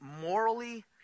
morally